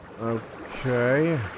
Okay